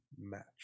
match